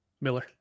Miller